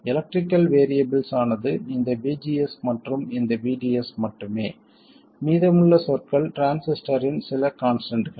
electrical variables ஆனது இந்த VGS மற்றும் இந்த VDS மட்டுமே மீதமுள்ள சொற்கள் டிரான்சிஸ்டரின் சில கான்ஸ்டன்ட்கள்